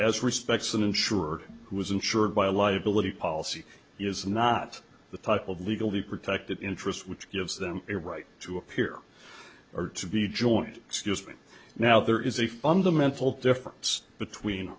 as respects an insurer who is insured by a liability policy is not the type of legal the protected interest which gives them a right to appear or to be joint excuse me now there is a fundamental difference between